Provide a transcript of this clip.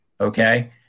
Okay